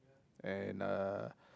and uh